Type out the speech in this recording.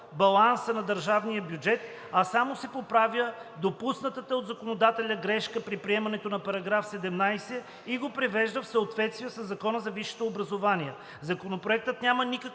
балансът на държавния бюджет, а само се поправя допусната от законодателя грешка при приемането на § 17 и го привежда в съответствие със Закона за висшето образоване. Законопроектът няма никакво